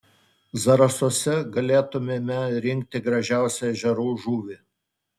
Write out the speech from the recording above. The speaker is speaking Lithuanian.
zarasuose galėtumėme rinkti gražiausią ežerų žuvį